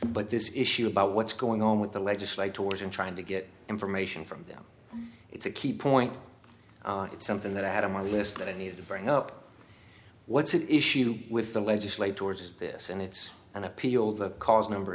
but this issue about what's going on with the legislate tours in trying to get information from them it's a key point it's something that i had in my list that i needed to bring up what's an issue with the legislate towards this and it's an appeal that cause number